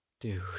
dude